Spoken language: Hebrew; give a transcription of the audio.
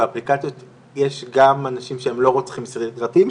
באפליקציות יש גם אנשים שהם לא רוצחים סדרתיים,